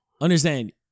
understand